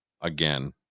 Again